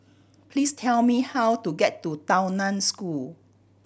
please tell me how to get to Tao Nan School